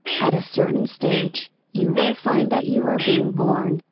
at a certain stage, you will find that you are being borne,